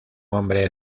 hombre